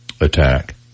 attack